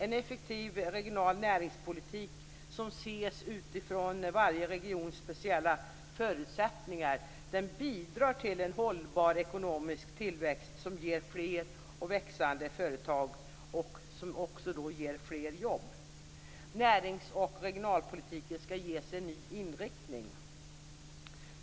En effektiv regional näringspolitik som ses utifrån varje regions speciella förutsättningar bidrar till en hållbar ekonomisk tillväxt som ger fler och växande företag och också fler jobb. Närings och regionalpolitiken skall ges en ny inriktning.